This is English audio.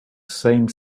same